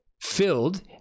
filled